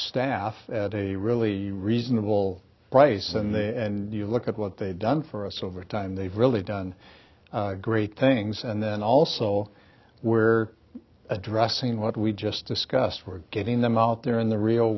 staff at a really reasonable price and they and you look at what they've done for us over time they've really done great things and then also we're addressing what we just discussed we're getting them out there in the real